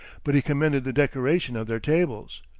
but he commended the decoration of their tables,